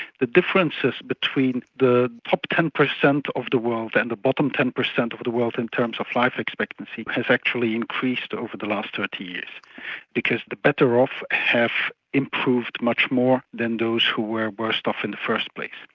the differences between the top ten percent of the world and the bottom ten percent of of the world in terms of life expectancy has actually increased over the last thirty years because the better off have improved much more than those who were worst off in the first place.